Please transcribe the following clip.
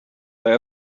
their